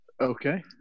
Okay